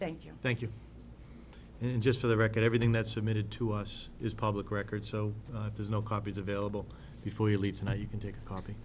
thank you thank you and just for the record everything that's submitted to us is public record so there's no copies available before he leaves and you can take a co